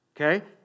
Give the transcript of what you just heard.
okay